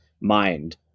mind